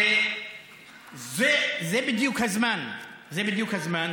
וזה בדיוק הזמן, זה בדיוק הזמן,